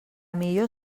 millor